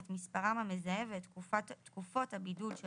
את מספרם המזהה ואת תקופות הבידוד של